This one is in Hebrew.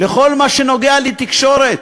בכל מה שנוגע לתקשורת.